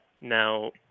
Now